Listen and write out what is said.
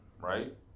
right